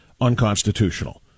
unconstitutional